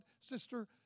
sister